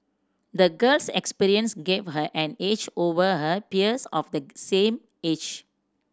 the girl's experience gave her an edge over her peers of the same age